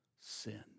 sin